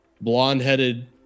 blonde-headed